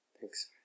Thanks